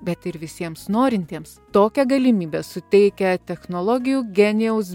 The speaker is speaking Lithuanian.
bet ir visiems norintiems tokią galimybę suteikia technologijų genijaus